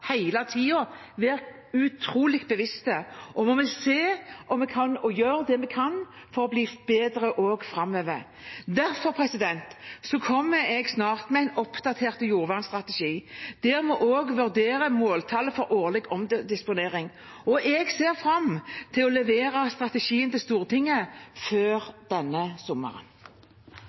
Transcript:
utrolig bevisste, og vi må gjøre det vi kan for å bli bedre også framover. Derfor kommer jeg snart med en oppdatert jordvernstrategi der vi også vurderer måltallet for årlig omdisponering. Jeg ser fram til å levere strategien til Stortinget før denne sommeren.